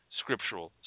scriptural